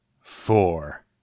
Four